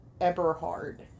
Eberhard